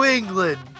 England